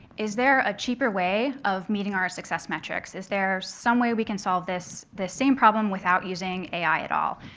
is there a cheaper way of meeting our success metrics? is there some way we can solve the same problem without using ai at all?